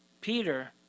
Peter